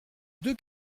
deux